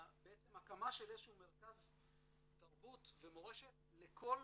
בעצם הקמה של איזשהו מרכז תרבות ומורשת לכל